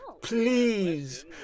Please